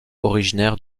originaire